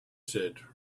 said